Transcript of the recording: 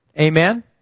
Amen